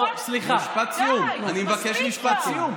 לא, אני מבקש משפט סיום.